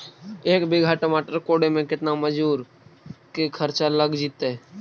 एक बिघा टमाटर कोड़े मे केतना मजुर के खर्चा लग जितै?